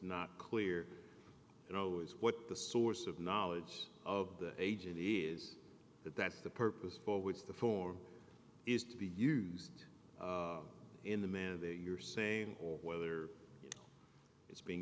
not clear you know is what the source of knowledge of the agent is that that's the purpose for which the form is to be used in the manner that you're saying or whether you it's being